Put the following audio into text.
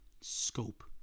scope